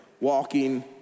walking